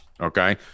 okay